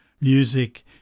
music